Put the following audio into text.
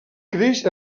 creix